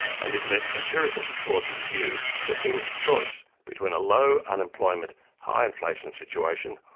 and it lent empirical support to the view that there was a choice between a low unemployment high inflation situation,